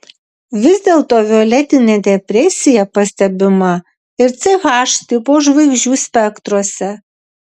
vis dėlto violetinė depresija pastebima ir ch tipo žvaigždžių spektruose